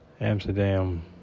Amsterdam